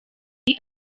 ati